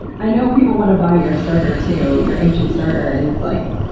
i know people want to buy your starter too, your ancient starter, and it's like,